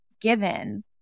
given